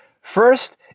First